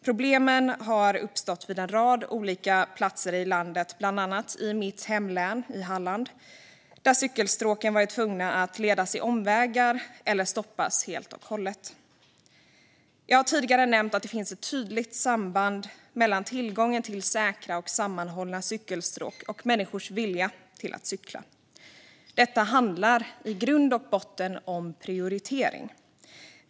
Problem har uppstått vid en rad olika platser i landet, bland annat i mitt hemlän Halland, där man varit tvungen att leda cykelstråken i omvägar eller stoppa dem helt. Jag har tidigare nämnt att det finns ett tydligt samband mellan tillgången till säkra och sammanhållna cykelstråk och människors vilja att cykla. Detta handlar i grund och botten om prioritering.